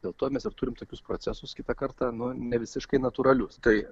dėl to mes ir turime tokius procesus kitą kartą nuo nevisiškai natūralius tai